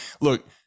look